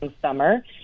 summer